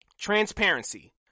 transparency